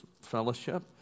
Fellowship